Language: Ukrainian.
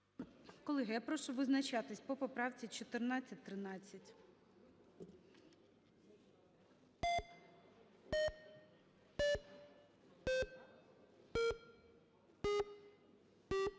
Колеги, я прошу визначатись по поправці 1413.